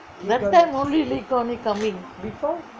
that time only lee kuan yew coming